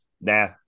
Nah